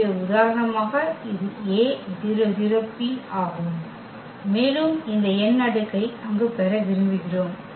எனவே உதாரணமாக இது A 0 0 P ஆகும் மேலும் இந்த n அடுக்கை அங்கு பெற விரும்புகிறோம்